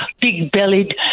big-bellied